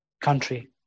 country